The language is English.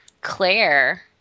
Claire